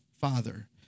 Father